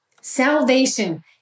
salvation